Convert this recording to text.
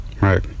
Right